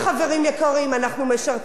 אנחנו משרתים את המדינה,